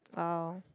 wow